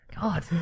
God